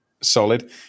solid